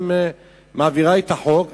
ומעבירה את החוק,